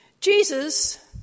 Jesus